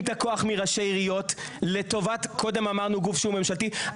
את הכוח מראשי עיריות לטובת גוף ממשלתי,